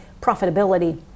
profitability